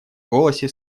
голосе